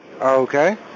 Okay